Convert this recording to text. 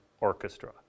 orchestra